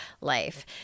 life